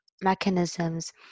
mechanisms